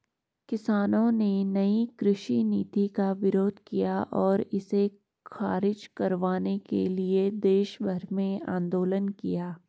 किसानों ने नयी कृषि नीति का विरोध किया और इसे ख़ारिज करवाने के लिए देशभर में आन्दोलन किया